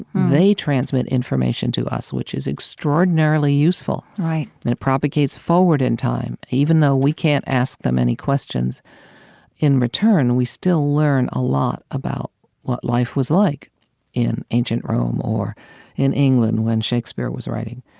they transmit information to us, which is extraordinarily useful, and it propagates forward in time. even though we can't ask them any questions in return, we still learn a lot about what life was like in ancient rome or in england when shakespeare was writing.